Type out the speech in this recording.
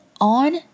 on